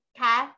Okay